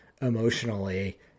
emotionally